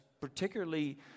particularly